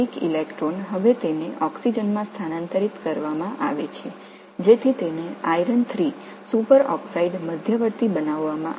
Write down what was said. எனவே எலக்ட்ரானில் ஒன்று இரும்பு மையத்திலிருந்து இப்போது ஆக்ஸிஜனுக்கு இரும்பு சூப்பர் ஆக்சைடு இடைநிலையாக மாற்றப்படுகிறது